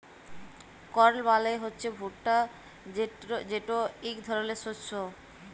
কর্ল মালে হছে ভুট্টা যেট ইক ধরলের শস্য